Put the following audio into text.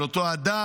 על אותו אדם,